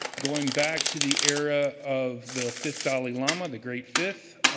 going back to the era of the fifth dalai lama, the great fifth,